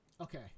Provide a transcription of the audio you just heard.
okay